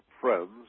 friends